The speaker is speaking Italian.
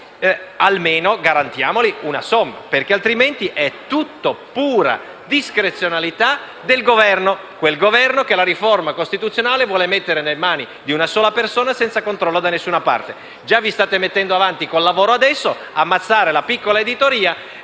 almeno garantiamo loro una somma, altrimenti è tutto a pura discrezionalità del Governo, quel Governo che la riforma costituzionale vuole mettere nelle mani di una sola persona senza controllo da nessuna parte. Già vi state portando avanti con il lavoro: ammazzare la piccola editoria,